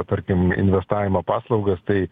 tarkim investavimo paslaugas tai